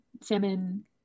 salmon